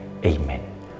Amen